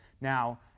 Now